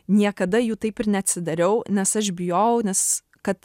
niekada jų taip ir neatsidariau nes aš bijojau nes kad